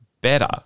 better